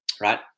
right